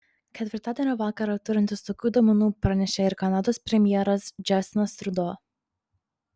ketvirtadienio vakarą turintis tokių duomenų pranešė ir kanados premjeras džastinas trudo